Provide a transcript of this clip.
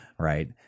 Right